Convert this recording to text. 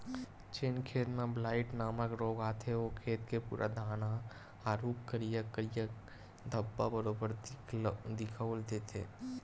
जेन खेत म ब्लाईट नामक रोग आथे ओ खेत के पूरा धान ह आरुग करिया करिया धब्बा बरोबर दिखउल देथे